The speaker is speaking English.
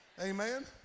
Amen